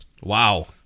Wow